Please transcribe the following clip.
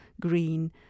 green